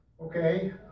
okay